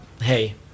Hey